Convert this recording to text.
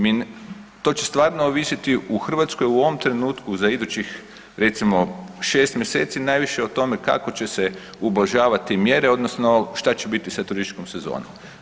Mi, to će stvarno ovisiti u Hrvatskoj u ovom trenutku za idućih recimo 6 mjeseci najviše o tome kako će se ublažavati mjere odnosno šta će biti sa turističkom sezonom.